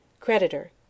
Creditor